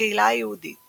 הקהילה היהודית